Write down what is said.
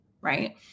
Right